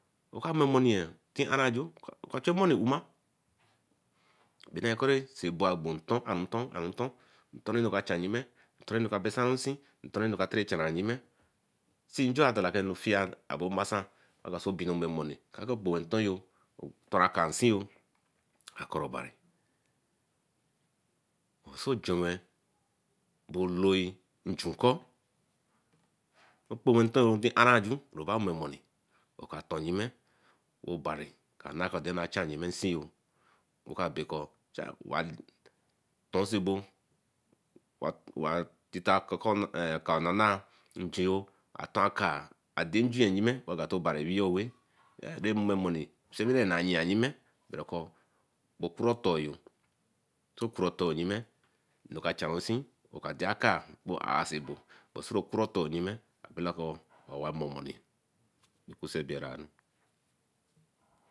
Oka momenieye ara nju, oka chu emoni uma. Bena ekeri see bo agbentor ntor berenu ka chan yime, intoro enu ca besan nsee ntor enu ka tere channer yime. sinjo atelera bomasan be emoni eko kpo ntoryo taura aka nsiyo aka obari. Sojonwe oloi nju kor tin kpon w0i nton aranju oba memoni, oka ton yime obari kka nah ra nu a chan yime nseeyo rakabakor tonsabo wa tita atonka dein nji yime gwen tay obari weeye owee, ray memomoni nsewine ba yeyan yime broker okuro-otoryo. Okura otoryime enu ka chanrun seen oka dey akah asebo but errakura otoryime eka bella kor owa momoni bey kusebe